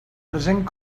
present